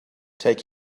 take